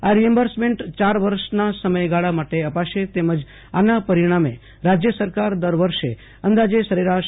આ રિએમ્બર્સમેન્ટ ચાર વર્ષનાસમયગાળા માટે અપાશે તેમજ આના પરિણામે રાજ્ય સરકાર દર વર્ષે અંદાજે સરેરાશ